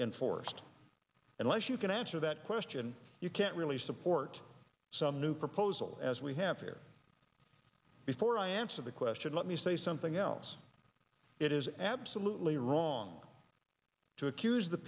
enforced unless you can answer that question you can't really support some new proposal as we have here before i answer the question let me say something else it is absolutely wrong to accuse the